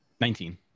Nineteen